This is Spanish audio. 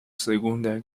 segunda